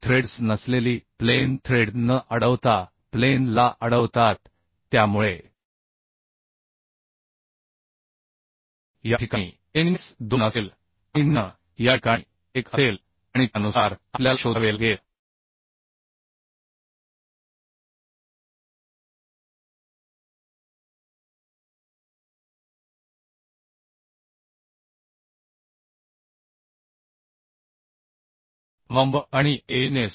threads नसलेली plane thread न अडवता प्लेन ला अडवतात त्यामुळे या ठिकाणी एनएस 2 असेल आणि nn या ठिकाणी 1 असेल आणि त्यानुसार आपल्याला शोधावे लागेल Anb आणि Ans